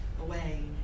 away